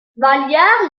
vallières